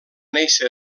néixer